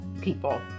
people